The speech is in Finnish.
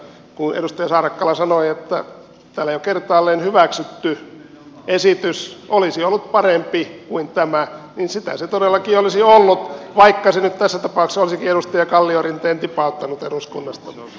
kun edustaja saarakkala sanoi että täällä jo kertaalleen hyväksytty esitys olisi ollut parempi kuin tämä niin sitä se todellakin olisi ollut vaikka se nyt tässä tapauksessa olisikin edustaja kalliorinteen tipauttanut eduskunnasta